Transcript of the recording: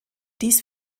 dies